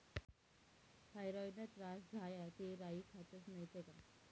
थॉयरॉईडना त्रास झाया ते राई खातस नैत का